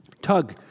Tug